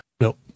Nope